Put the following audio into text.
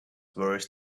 worse